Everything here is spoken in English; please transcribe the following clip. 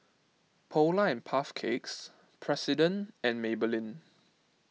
Polar and Puff Cakes President and Maybelline